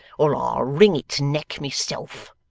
or i'll wring its neck myself